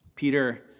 Peter